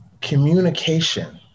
communication